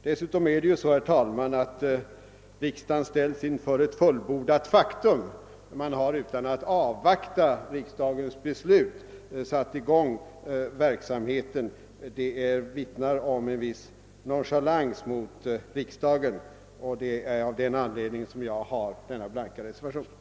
Dessutom ställs ju riksdagen inför ett fullbordat faktum. Utan att avvakta riksdagens beslut har verksamheten satts i gång vilket vittnar om nonchalans mot riksdagen. Detta är anledningen till min blanka reservation.